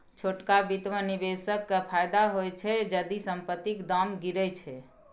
छोटका बित्त मे निबेशक केँ फायदा होइ छै जदि संपतिक दाम गिरय छै